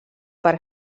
per